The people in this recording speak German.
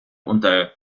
unter